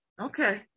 Okay